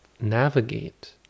navigate